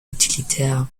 utilitaire